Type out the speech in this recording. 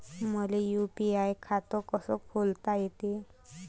मले यू.पी.आय खातं कस खोलता येते?